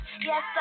Yes